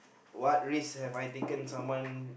what risk have I taken someone